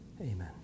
amen